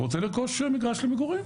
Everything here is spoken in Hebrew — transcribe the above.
הוא רוצה לרכוש מגרש למגורים,